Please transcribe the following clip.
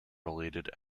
related